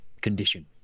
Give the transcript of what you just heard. condition